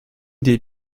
des